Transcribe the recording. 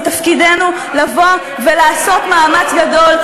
זה תפקידנו לבוא ולעשות מאמץ גדול,